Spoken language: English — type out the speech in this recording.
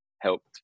helped